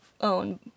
own